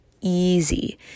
easy